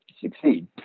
succeed